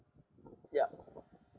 ya